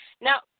Now